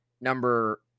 number